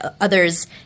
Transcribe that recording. others